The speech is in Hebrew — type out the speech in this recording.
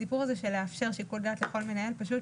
הסיפור הזה של לאפשר שיקול דעת לכל מנהל פשוט